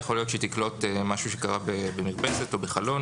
יכול להיות שהיא תקלוט משהו שקרה במרפסת או בחלון